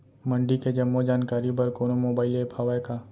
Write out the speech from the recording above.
मंडी के जम्मो जानकारी बर कोनो मोबाइल ऐप्प हवय का?